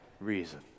reason